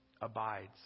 abides